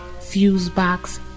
Fusebox